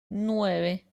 nueve